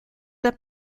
der